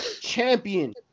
champion